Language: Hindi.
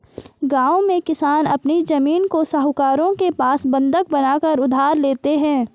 गांव में किसान अपनी जमीन को साहूकारों के पास बंधक बनाकर उधार लेते हैं